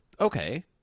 Okay